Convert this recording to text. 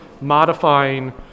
modifying